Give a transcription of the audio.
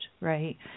right